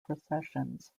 processions